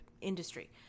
industry